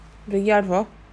bring you out for